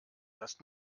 das